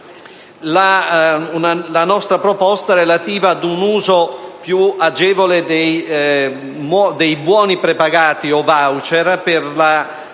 la nostra proposta relativa ad un uso più agevole dei buoni prepagati - o *voucher* - per la